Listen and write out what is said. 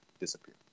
disappear